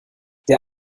der